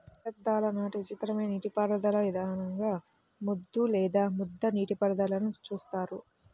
శతాబ్దాల నాటి విచిత్రమైన నీటిపారుదల విధానంగా ముద్దు లేదా ముద్ద నీటిపారుదలని చూస్తారు